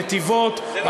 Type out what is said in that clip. נתיבות,